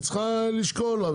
היא צריכה לשקול.